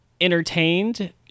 entertained